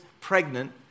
pregnant